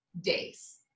days